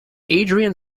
adrian